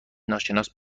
ناشناس